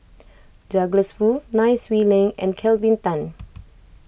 Douglas Foo Nai Swee Leng and Kelvin Tan